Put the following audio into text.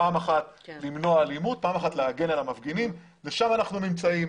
פעם אחת למנוע אלימות ופעם אחת להגן על המפגינים ושם אנחנו נמצאים.